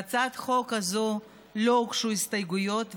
להצעת החוק הזאת לא הוגשו הסתייגויות,